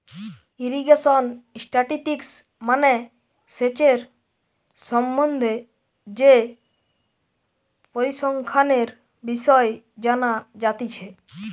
irrigation statistics মানে সেচের সম্বন্ধে যে পরিসংখ্যানের বিষয় জানা যাতিছে